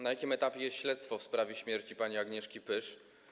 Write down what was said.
Na jakim etapie jest śledztwo w sprawie śmierci pani Agnieszki Pysz?